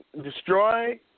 Destroy